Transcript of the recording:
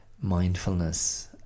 mindfulness